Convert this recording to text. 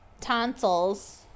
tonsils